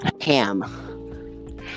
ham